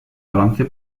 balance